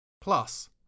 Plus